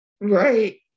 Right